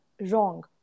wrong